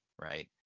right